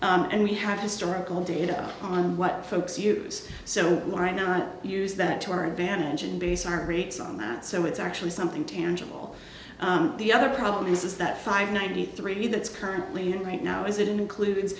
for and we have historical data on what folks use so why not use that to our advantage and base our rates on that so it's actually something tangible the other problem is is that five ninety three that's currently right now is it includes